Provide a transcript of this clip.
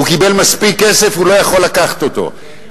הוא קיבל מספיק כסף, הוא לא יכול לקחת אותו.